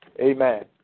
amen